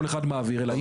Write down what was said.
כל אחד מעביר אליו.